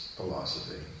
philosophy